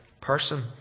person